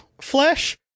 flesh